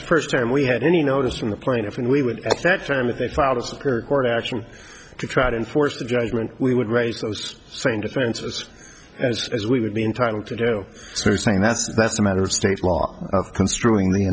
the first time we had any notice from the plaintiff and we would at that time if they filed as of her court action to try to enforce the judgment we would raise those same defenses as we would be entitled to do so saying that's that's a matter of state law construing the